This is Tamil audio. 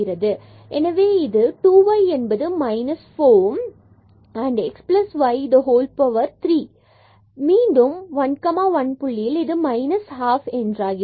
எனவே இது 2 y என்பது minus 4 x y power 3 மற்றும் மீண்டும் 1 1 புள்ளியில் இது 12 minus half என்றாகிறது